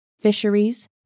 fisheries